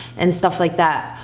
and stuff like that?